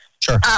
Sure